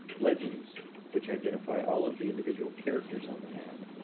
legends which identify all of the individual characters on the map.